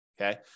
Okay